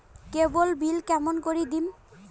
কেবল bill কেমন করি দিম?